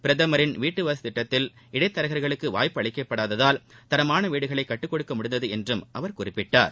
பிரதமின் வீட்டுவசதி திட்டத்தில் இடைத்தரக்களுக்கு வாய்ப்பு அளிக்கப்படாததால் தரமான வீடுகள் கட்டிக்கொடுக்க முடிந்தது என்றும் அவர் குறிப்பிட்டார்